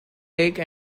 lake